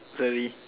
sorry